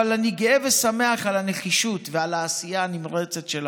אבל אני גאה ושמח על הנחישות ועל העשייה הנמרצת שלך.